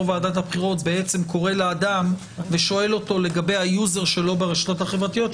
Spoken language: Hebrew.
ועדת הבחירות קורא לאדם ושואל אותו לגבי היוזר שלו ברשתות החברתיות,